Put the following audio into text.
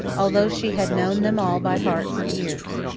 although she had known them all by heart for years.